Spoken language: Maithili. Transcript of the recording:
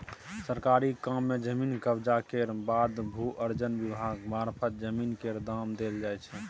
सरकारी काम मे जमीन कब्जा केर बाद भू अर्जन विभाग मारफत जमीन केर दाम देल जाइ छै